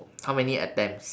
how many attempts